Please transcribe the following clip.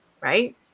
right